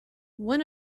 one